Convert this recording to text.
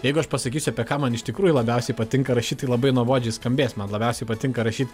jeigu aš pasakysiu apie ką man iš tikrųjų labiausiai patinka rašyt tai labai nuobodžiai skambės man labiausiai patinka rašyt